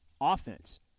offense